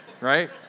right